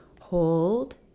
Hold